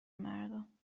مردم